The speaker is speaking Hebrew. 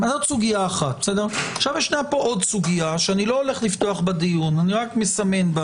יש פה עוד סוגיה שאיני פותח בה דיון רק מסמן.